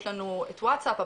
יש לנו את ווצאפ,